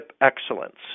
excellence